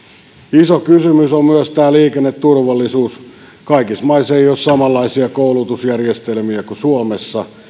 iso kysymys on myös tämä liikenneturvallisuus kaikissa maissa ei ole samanlaisia koulutusjärjestelmiä kuin suomessa